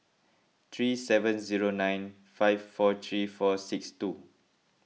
three seven zero nine five four three four six two